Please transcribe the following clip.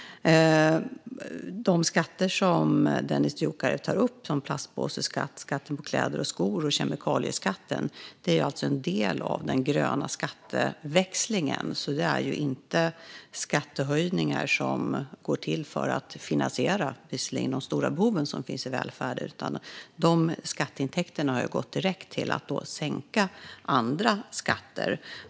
De skatter som Dennis Dioukarev tar upp, som plastpåseskatt, skatten på kläder och skor och kemikalieskatten, är en del av den gröna skatteväxlingen. Detta handlar alltså inte om skattehöjningar som går till att finansiera de visserligen stora behov som finns i välfärden, utan dessa skatteintäkter har gått direkt till att sänka andra skatter.